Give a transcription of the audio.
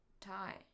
Tie